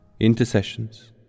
Intercessions